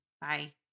Bye